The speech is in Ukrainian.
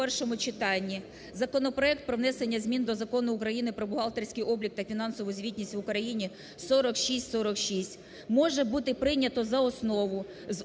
законопроект про внесення змін до Закону України про бухгалтерський облік та фінансову звітність в Україні (4646), може бути прийнято за основу з урахуванням